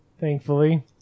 thankfully